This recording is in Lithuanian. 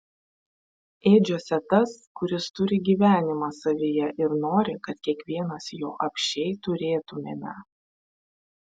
ėdžiose tas kuris turi gyvenimą savyje ir nori kad kiekvienas jo apsčiai turėtumėme